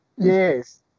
Yes